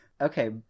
Okay